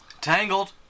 Tangled